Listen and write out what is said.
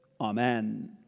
Amen